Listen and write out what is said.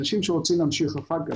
אנשים שרוצים להמשיך אחר כך,